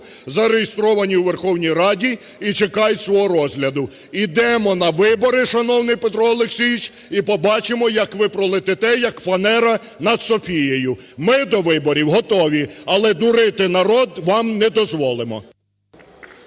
зареєстровані у Верховній Раді і чекають свого розгляду. Ідемо на вибори, шановний Петро Олексійович, і побачимо, як ви пролетите, як фанера над Софією. Ми до виборів готові, але дурити народ вам не дозволимо.